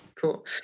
Cool